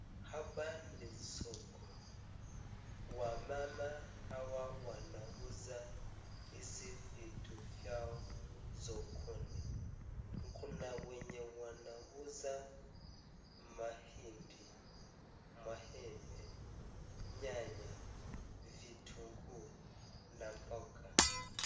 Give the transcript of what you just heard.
Habari ni soko. Wamama hawa wanauza hizi vitu vyao sokoni. Kuna wenye wanauza mahindi, maembe, nyanya, vitunguu na mboga.